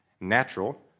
Natural